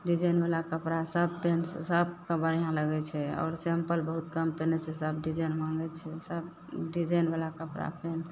डिजाइनवला कपड़ा सब पेन्ह सबके बढ़िआँ लगय छै आओर सिम्पल बहुत कम पीन्हय छै सब डिजाइन माँगय छै सब डिजाइनवला कपड़ा